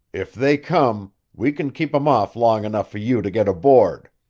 if they come, we can keep em off long enough for you to get aboard.